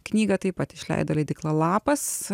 knygą taip pat išleido leidykla lapas